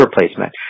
replacement